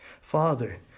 Father